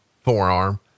forearm